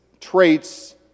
traits